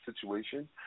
situation